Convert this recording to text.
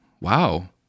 wow